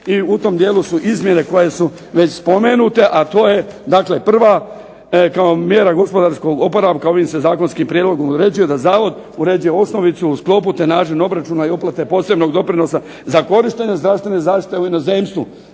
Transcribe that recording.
i u tom dijelu su izmjene koje su već spomenute. A to je kao prva mjera gospodarskog oporavka ovim se zakonskim prijedlogom uređuje da zavod uređuje osnovicu u sklopu, te način uplate i obračuna posebnog doprinosa za korištenje zdravstvene zaštite u inozemstvu,